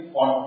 on